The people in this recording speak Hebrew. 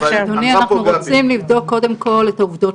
אנחנו רוצים קודם כל לבדוק את העובדות,